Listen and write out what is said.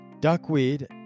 duckweed